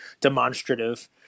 demonstrative